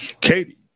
Katie